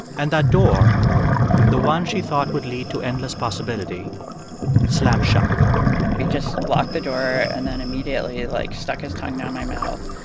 and that door the one she thought would lead to endless possibility slammed shut he just locked the door, and then immediately, like, stuck his tongue down my mouth.